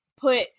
put